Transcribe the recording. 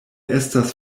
estas